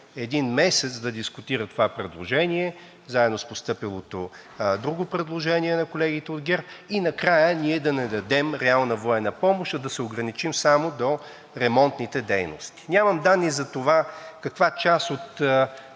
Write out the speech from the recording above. един месец да дискутира това предложение заедно с постъпилото друго предложение на колегите от ГЕРБ и накрая ние да не дадем реална военна помощ, а да се ограничим само до ремонтните дейности. Нямам данни за това каква част от